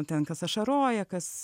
ten kas ašaroja kas